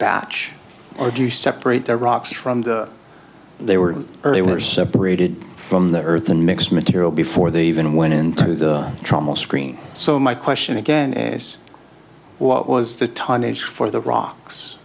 batch or do you separate the rocks from the they were earlier separated from the earth and mixed material before they even went into the trauma screen so my question again is what was the tonnage for the rocks